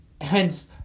Hence